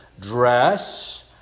dress